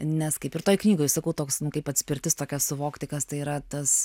nes kaip ir toj knygoj sakau toks kaip atspirtis tokia suvokti kas tai yra tas